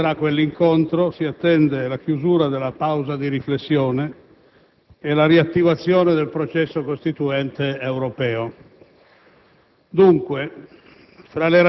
Dalla dichiarazione che concluderà quell'incontro si attende la chiusura della pausa di riflessione e la riattivazione del processo costituente europeo.